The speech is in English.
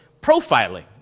profiling